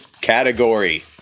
category